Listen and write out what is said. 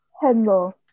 Hello